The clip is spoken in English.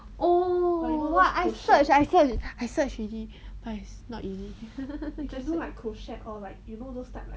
oh what I searched I searched I searched already but it's not easy